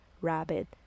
Rabbit